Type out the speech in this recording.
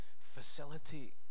facilitate